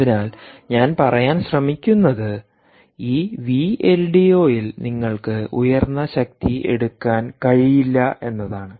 അതിനാൽ ഞാൻ പറയാൻ ശ്രമിക്കുന്നത് ഈ വി എൽ ഡി ഒ ഇൽ നിങ്ങൾക്ക് ഉയർന്ന ശക്തി എടുക്കാൻ കഴിയില്ല എന്നതാണ്